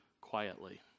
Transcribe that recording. quietly